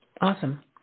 Awesome